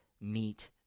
meet